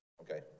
Okay